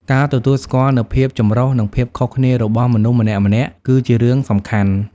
ការទទួលស្គាល់នូវភាពចម្រុះនិងភាពខុសគ្នារបស់មនុស្សម្នាក់ៗគឺជារឿងសំខាន់។